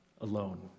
alone